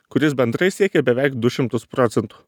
kuris bendrai siekė beveik du šimtus procentų